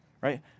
right